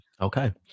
Okay